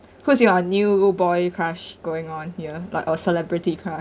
who's your new boy crush going on here like or celebrity crush